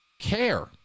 care